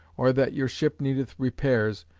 or that your ship needeth repairs,